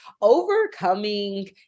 overcoming